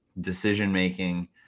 decision-making